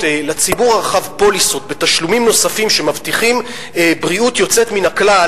לציבור הרחב פוליסות בתשלומים נוספים שמבטיחים בריאות יוצאת מן הכלל,